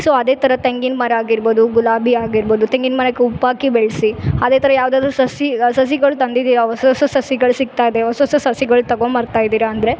so ಅದೆ ಥರ ತೆಂಗಿನ ಮರ ಆಗಿರ್ಬೋದು ಗುಲಾಬಿಯಾಗಿರ್ಬೋದು ತೆಂಗಿನ ಮರಕ್ಕೆ ಉಪ್ಪಾಕಿ ಬೆಳೆಸಿ ಅದೇ ಥರ ಯಾವುದಾದ್ರು ಸಸಿ ಸಸಿಗಳು ತಂದಿದೀಯ ಹೊಸ್ವಸ ಸಸಿಗಳು ಸಿಕ್ತಾಯಿದೆ ಹೊಸ್ವಸ ಸಸಿಗಳು ತಗೊಬರ್ತಯಿದಿರ ಅಂದರೆ